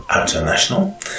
International